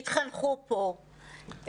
התחנכו פה,